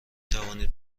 توانید